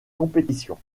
compétitions